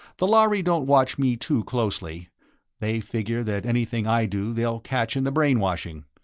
the lhari don't watch me too closely they figure that anything i do they'll catch in the brainwashing.